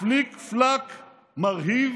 פליק-פלאק מרהיב